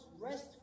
rest